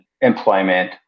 employment